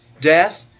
Death